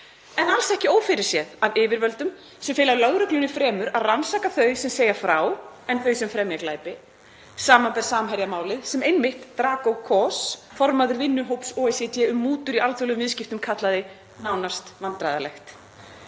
en alls ekki ófyrirséð af yfirvöldum sem fela lögreglunni fremur að rannsaka þau sem segja frá en þau sem fremja glæpi, samanber Samherjamálið sem Drago Kos, formaður vinnuhóps OECD um mútur í alþjóðlegum viðskiptum, kallaði nánast vandræðalegt.